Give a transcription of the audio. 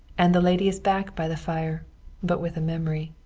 and the lady is back by the fire but with a memory.